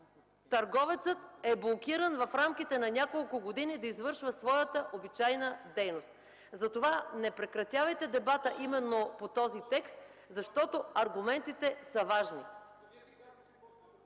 търговецът е блокиран в рамките на няколко години да извършва своята обичайна дейност. Затова не прекратявайте дебата именно по този текст, защото аргументите са важни.